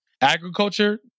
agriculture